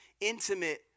intimate